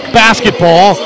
basketball